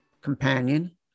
companion